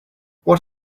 what